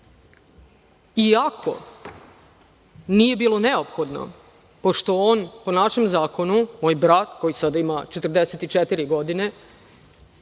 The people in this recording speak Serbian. iako nije bilo neophodno pošto on, po našem zakonu, moj brat, koji sada ima 44 godine,